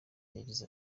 yagize